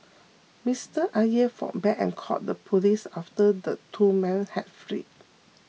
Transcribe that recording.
Mister Aye fought back and called the police after the two men had fled